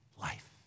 life